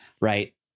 Right